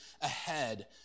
ahead